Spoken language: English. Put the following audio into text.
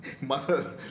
mother